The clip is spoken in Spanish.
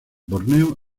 borneo